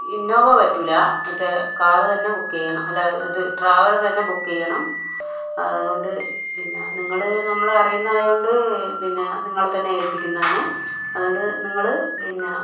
Innova പറ്റൂല്ല മറ്റേ car തന്നെ ബുക്ക് ചെയ്യണം അല്ല ഇത് ട്രാവലർ തന്നെ ബുക്ക് ചെയ്യണം അതുകൊണ്ട് പിന്നെ നിങ്ങൾ നമ്മളെ അറിയുന്ന ആയതുകൊണ്ട് പിന്നെ നിങ്ങളെ തന്നെ ഏൽപ്പിക്കുന്നതാണ് അതുകൊണ്ട് നിങ്ങള് പിന്നെ